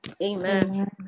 Amen